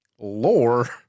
Lore